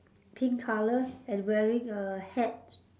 pink colour and wearing a hat